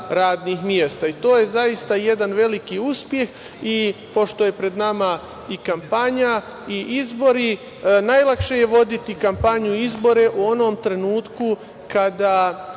To je zaista jedan veliki uspeh. Pošto je pred nama i kampanja i izbori, najlakše je voditi kampanju i izbore u onom trenutku kada